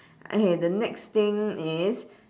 okay the next thing is